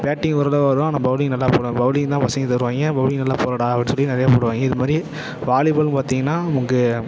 batting ஓரளவு வரும் ஆனால் பௌலிங் நல்லா போடுவேன் பௌலிங் தான் தருவாங்க பௌலிங் நல்லா போடுடா அப்படின்னு சொல்லி நிறையா போடுவாங்க இது மாதிரி வாலிபால்னு பார்த்திங்கன்னா உங்கள்